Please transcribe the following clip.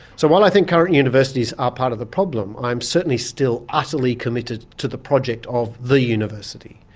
so while i think current universities are part of the problem, i'm certainly still utterly committed to the project of the university,